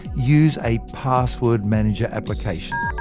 use a password manager application.